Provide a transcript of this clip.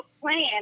plan